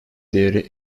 değeri